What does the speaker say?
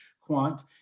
quant